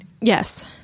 Yes